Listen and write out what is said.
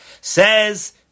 says